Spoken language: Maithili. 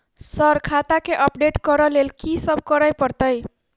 सर खाता केँ अपडेट करऽ लेल की सब करै परतै?